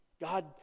God